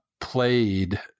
played